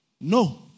No